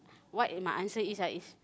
what in my answer is ah is